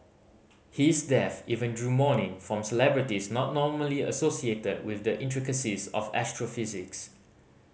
his death even drew mourning from celebrities not normally associated with the intricacies of astrophysics